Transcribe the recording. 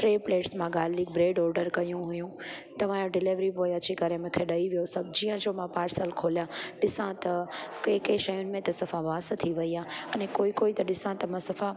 टे प्लेट्स मां garlic bread order कयूं हुयूं तव्हांजो डिलेवरी बॉय अची करे मूंखे ॾेई वियो सब़्जीअ जो मां पार्सल खोलिया ॾिसां त कंहिं कंहिं शयुनि में त सफ़ा बांस थी वेई आहे अने कोई कोई मां ॾिसां त मां सफ़ा